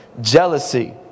Jealousy